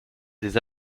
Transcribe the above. des